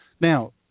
Now